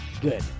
Good